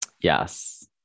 Yes